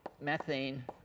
methane